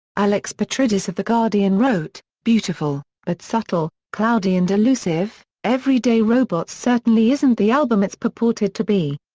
alex petridis of the guardian wrote beautiful, but subtle, cloudy and elusive, everyday robots certainly isn't the album it's purported to be.